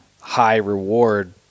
high-reward